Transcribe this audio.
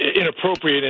inappropriate